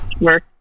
work